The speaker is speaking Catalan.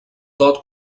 tot